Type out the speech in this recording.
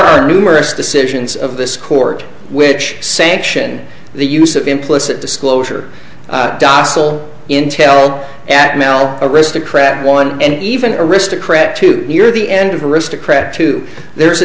are numerous decisions of this court which sanction the use of implicit disclosure docile intel at melle aristocrat one and even aristocrat to your the end of aristocrat to there's a